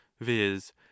viz